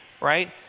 right